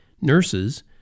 nurses